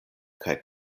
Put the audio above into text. kaj